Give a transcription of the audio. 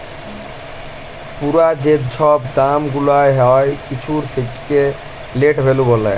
পুরা যে ছব দাম গুলাল হ্যয় কিছুর সেটকে লেট ভ্যালু ব্যলে